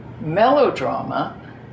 melodrama